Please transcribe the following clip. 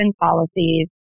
policies